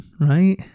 right